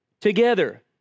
together